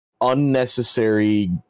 unnecessary